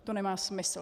To nemá smysl.